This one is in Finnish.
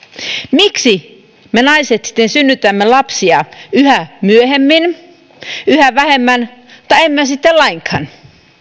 miksi me naiset sitten synnytämme lapsia yhä myöhemmin yhä vähemmän tai emme sitten lainkaan